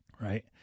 Right